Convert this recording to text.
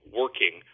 working